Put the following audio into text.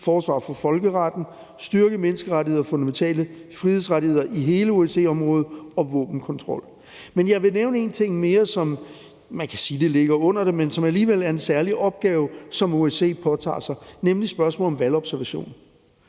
forsvar for folkeretten, styrke menneskerettigheder og fundamentale frihedsrettigheder i hele OSCE-området og våbenkontrol. Men jeg vil nævne en ting mere, som man kan sige ligger under det, men som alligevel af en særlig opgave, som OSCE påtager sig, nemlig spørgsmålet om valgobservation.